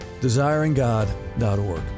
DesiringGod.org